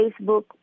Facebook